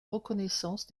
reconnaissance